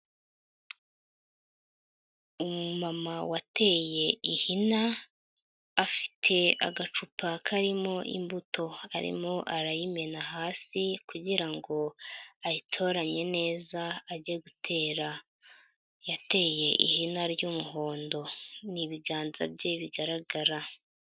Umumama wateye ihina afite agacupa karimo imbuto arimo arayimena hasi kugira ngo ayitoranye neza ajye gutera, yateye ihina ry'umuhondo, ni ibiganza bye bigaragara.